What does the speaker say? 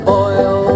oil